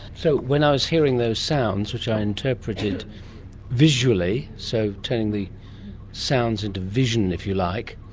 so when i was hearing those sounds, which i interpreted visually, so turning the sounds into vision, if you like,